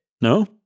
No